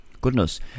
Goodness